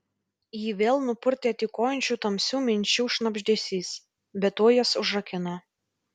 jį vėl nupurtė tykojančių tamsių minčių šnabždesys bet tuoj jas užrakino